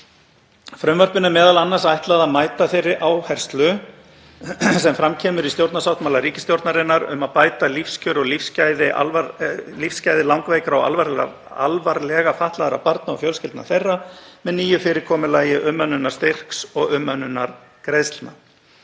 Frumvarpinu er m.a. ætlað að mæta þeirri áherslu sem fram kemur í stjórnarsáttmála ríkisstjórnarinnar um að bæta lífskjör og lífsgæði langveikra og alvarlega fatlaðra barna og fjölskyldna þeirra með nýju fyrirkomulagi umönnunarstyrks og umönnunargreiðslna.